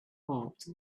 heart